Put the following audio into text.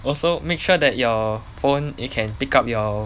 also make sure that your phone you can pick up your